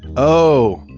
oh,